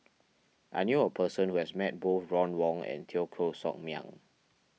I knew a person who has met both Ron Wong and Teo Koh Sock Miang